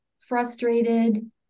frustrated